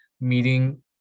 meeting